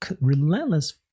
relentless